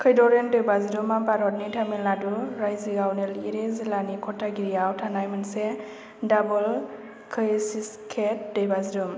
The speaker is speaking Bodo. कैथरीन दैबाज्रुमा भारतनि तामिलनाडु रायजोआव नीलगिरी जिल्लानि कटागिरीआव थानाय मोनसे डाबल कैस्केड दैबाज्रुम